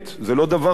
זה לא דבר נעים,